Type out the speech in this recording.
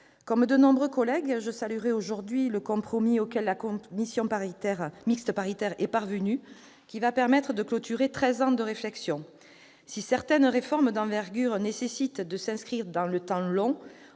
comme nombre d'entre nous, je salue le compromis auquel la commission mixte paritaire est parvenue ; il va permettre de clore treize ans de réflexions. Si certaines réformes d'envergure nécessitent de s'inscrire dans le temps long,